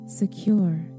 secure